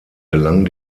gelang